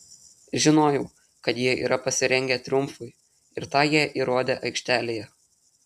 žinojau kad jie yra pasirengę triumfui ir tą jie įrodė aikštelėje